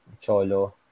Cholo